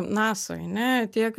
nasoj ane tiek